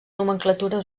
nomenclatura